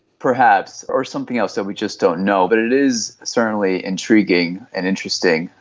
perhaps, or something else, so we just don't know, but it is certainly intriguing and interesting.